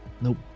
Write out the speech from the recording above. Nope